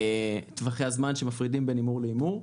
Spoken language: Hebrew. את טווחי הזמן שמפרידים בין הימור להימור.